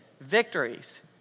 victories